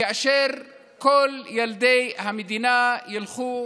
כאשר כל ילדי המדינה ילכו